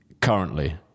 currently